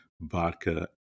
vodka